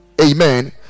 amen